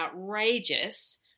outrageous